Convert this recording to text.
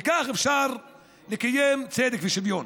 וכך אפשר לקיים צדק ושוויון.